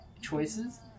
choices